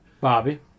Bobby